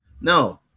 No